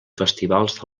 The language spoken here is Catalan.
festivals